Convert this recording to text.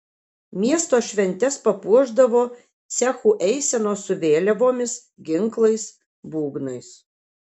miesto šventes papuošdavo cechų eisenos su vėliavomis ginklais būgnais